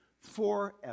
forever